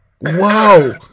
Wow